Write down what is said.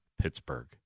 Pittsburgh